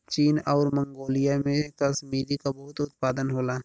चीन आउर मन्गोलिया में कसमीरी क बहुत उत्पादन होला